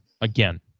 again